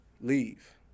leave